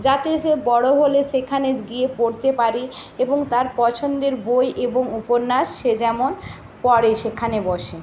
যাতে সে বড় হলে সেখানে গিয়ে পড়তে পারি এবং তার পছন্দের বই এবং উপন্যাস সে যেমন পড়ে সেখানে বসে